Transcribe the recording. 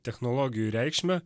technologijų reikšmę